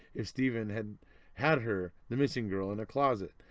if steven had had her, the missing girl in a closet.